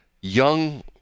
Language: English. young